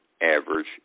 average